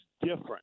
different